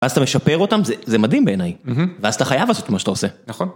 אז אתה משפר אותם? זה זה מדהים בעיניי, ואז אתה חייב לעשות מה שאתה עושה.